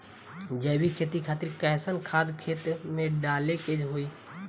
जैविक खेती खातिर कैसन खाद खेत मे डाले के होई?